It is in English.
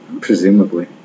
Presumably